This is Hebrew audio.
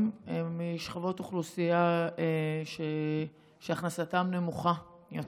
משכבות אוכלוסייה שהכנסתן נמוכה יותר.